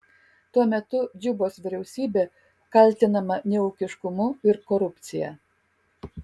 tuo metu džubos vyriausybė kaltinama neūkiškumu ir korupcija